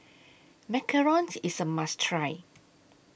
Macarons IS A must Try